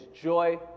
joy